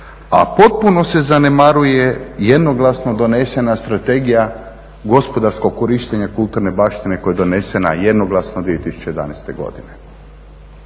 a potpuno se zanemaruje jednoglasno donesena Strategija gospodarskog korištenja kulturne baštine koja je donesena jednoglasno 2011. godine.